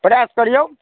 प्रयास करिऔ